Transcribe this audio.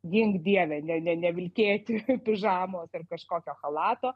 gink dieve ne ne nevilkėti pižamos ar kažkokio chalato